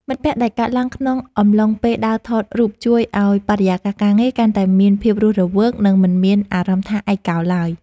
មិត្តភាពដែលកើតឡើងក្នុងអំឡុងពេលដើរថតរូបជួយឱ្យបរិយាកាសការងារកាន់តែមានភាពរស់រវើក និង មិនមានអារម្មណ៍ថាឯកោឡើយ។